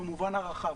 במובן הרחב,